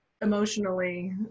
emotionally